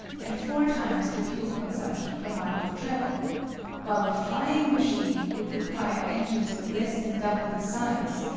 and four times the fuel consumption per mile of travel while a flying machine would require engines of less than double the size,